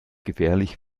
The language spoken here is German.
gefährlich